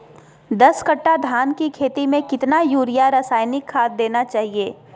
दस कट्टा धान की खेती में कितना यूरिया रासायनिक खाद देना चाहिए?